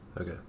Okay